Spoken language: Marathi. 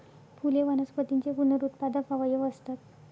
फुले वनस्पतींचे पुनरुत्पादक अवयव असतात